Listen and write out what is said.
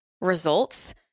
results